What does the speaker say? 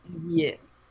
yes